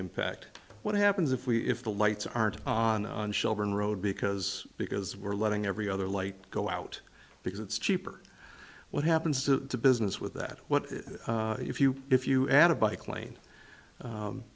impact what happens if we if the lights aren't on on shelburne road because because we're letting every other light go out because it's cheaper what happens to business with that what if you if you add a bike lane